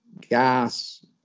gas